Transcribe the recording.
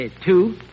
Two